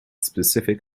specific